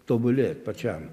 tobulėt pačiam